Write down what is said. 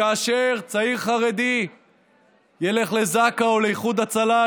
כאשר צעיר חרדי ילך לזק"א או לאיחוד הצלה,